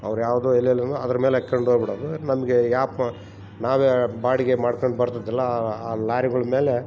ಅವ್ರು ಯಾವುದೋ ಎಲ್ಲೆಲಿನೊ ಅದ್ರಮೇಲೆ ಹಾಕಂಡ್ ಹೋಗ್ಬಿಡೋದು ನಮಗೆ ಯಾಪ್ಮ ನಾವೆ ಬಾಡಿಗೆ ಮಾಡ್ಕೊಂಡ್ ಬರ್ತದಿಲ್ಲ ಆ ಲಾರಿಗಳ್ ಮೇಲೆ